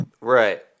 Right